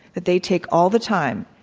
that they take all the time.